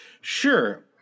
Sure